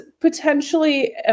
potentially